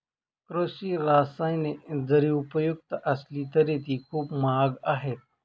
कृषी रसायने जरी उपयुक्त असली तरी ती खूप महाग आहेत